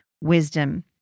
wisdom